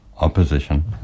opposition